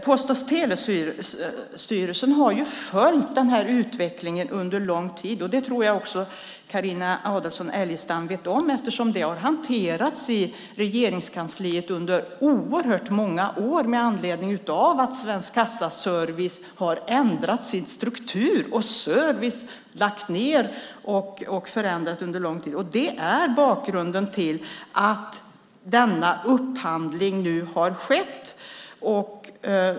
Post och telestyrelsen har följt utvecklingen under lång tid, vilket jag tror att också Carina Adolfsson Elgestam vet om. Frågan har hanterats i Regeringskansliet under många år med anledning av att Svensk Kassaservice ändrat struktur genom att servicen förändrats och lagts ned. Det är bakgrunden till att denna upphandling nu skett.